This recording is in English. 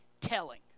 telling